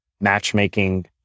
matchmaking